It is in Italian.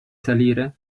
salire